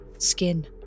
Skin